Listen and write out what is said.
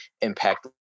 impact